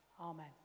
Amen